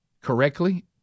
correctly